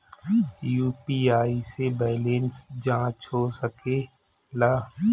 UPI से balance जाँच हो सके ला?